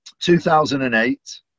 2008